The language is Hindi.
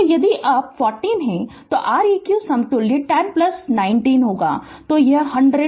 तो यदि तब 40 है तो R eq समतुल्य 10 90 होगा तो 100 Ω